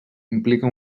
implica